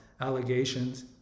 allegations